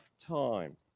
time